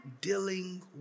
dealing